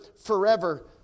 forever